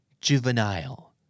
juvenile